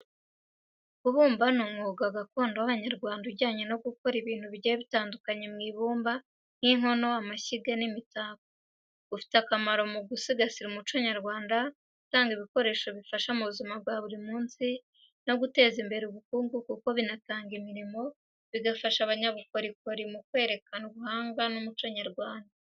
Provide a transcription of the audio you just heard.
Kubumba ni umwuga gakondo w’Abanyarwanda ujyanye no gukora ibintu bigiye bitandukanye mu ibumba, nk’inkono, amashyiga, n’imitako. Ufite akamaro mu gusigasira umuco nyarwanda, gutanga ibikoresho bifasha mu buzima bwa buri munsi, no guteza imbere ubukungu kuko binatanga imirimo, bigafasha, abanyabukorikori mu kwerekana ubuhanga n’umuco nyarwanda.